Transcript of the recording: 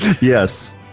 yes